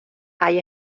hay